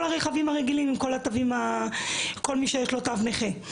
כל הרכבים הרגילים, כל מי שיש לו תו נכה.